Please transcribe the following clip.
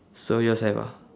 so yours have ah